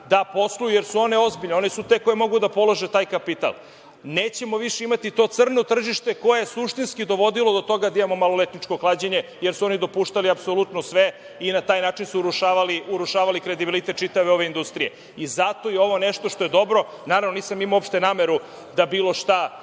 da posluju jer su one ozbiljne, one su te koje mogu da polože taj kapital. Nećemo više imati to crno tržište koje suštinski dovodilo do toga da imamo maloletničko klađenje jer su oni dopuštali apsolutno sve i na taj način su urušavali kredibilitet čitave ove industrije. Zato je ovo nešto što je dobro, naravno nisam uopšte imao nameru da bilo šta